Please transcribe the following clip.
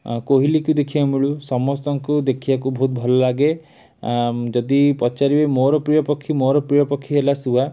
ଆଉ କୋଇଲିକୁ ଦେଖିବାକୁ ମିଳୁ ସମସ୍ତଙ୍କୁ ଦେଖିବାକୁ ବହୁତ ଭଲଲାଗେ ଆ ଯଦି ପଚାରିବେ ମୋର ପ୍ରିୟପକ୍ଷୀ ମୋର ପ୍ରିୟପକ୍ଷୀ ହେଲା ଶୁଆ